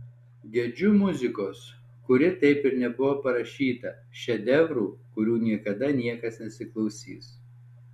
gedžiu muzikos kuri taip ir nebuvo parašyta šedevrų kurių niekada niekas nesiklausys